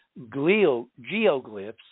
geoglyphs